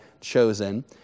chosen